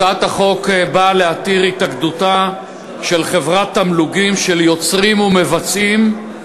הצעת החוק באה להתיר התאגדותה של חברת תמלוגים של יוצרים ומבצעים.